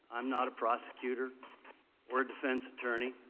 i'm not a prosecutor or defense attorney.